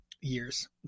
years